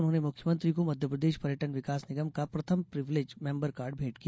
उन्होंने मुख्यमंत्री को मध्यप्रदेश पर्यटन विकास निगम को प्रथम प्रीविलेज मेंबर कार्ड भेंट किया